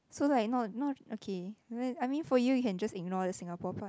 so like not not okay I mean I mean for you you can just ignore the Singapore part